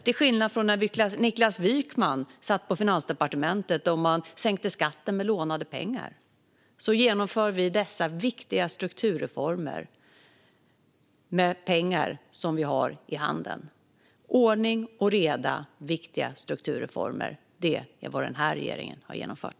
Till skillnad från när Niklas Wykman satt på Finansdepartementet och sänkte skatten med lånade pengar genomför vi dessa viktiga strukturreformer med pengar som vi har i handen. Ordning och reda och viktiga strukturreformer - det är vad den här regeringen har genomfört.